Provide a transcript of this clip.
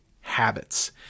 habits